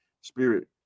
spirit